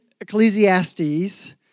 Ecclesiastes